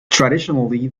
traditionally